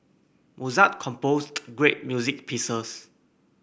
Mozart composed great music pieces